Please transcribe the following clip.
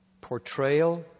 portrayal